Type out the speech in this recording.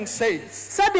says